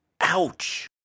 Ouch